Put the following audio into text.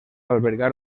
albergar